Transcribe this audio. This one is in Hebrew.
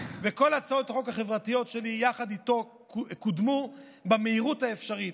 וכל הצעות החוק החברתיות שלי ביחד איתו קודמו במהירות האפשרית.